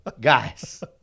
guys